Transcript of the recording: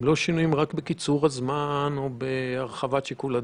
לא רק שינויים בקיצור הזמן או בהרחבת שיקול הדעת.